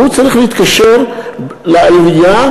הוא צריך להתקשר לעירייה,